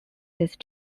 these